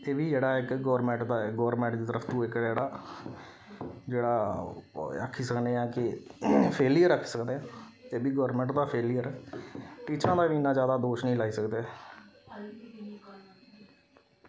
एह् बी जेह्ड़ा ऐ इक गौरमेंट दा गौरमेंट दी तरफ तों इक जेह्ड़ा जेह्ड़ा आक्खी सकने आं कि फेलिअर आक्खी सकदे आं एह्बी गौरमेंट दा फेलिअर टीचरें दा बी इ'न्ना जैदा दोश नेईं लाई सकदे